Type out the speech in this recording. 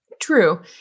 True